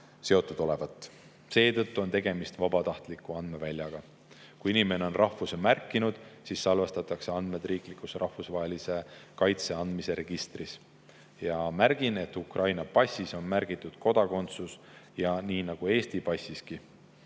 Seetõttu on tegemist vabatahtliku andmeväljaga. Kui inimene on rahvuse märkinud, siis salvestatakse need andmed riiklikusse rahvusvahelise kaitse andmise registrisse. Märgin, et Ukraina passis on märgitud kodakondsus, nii nagu Eesti passiski.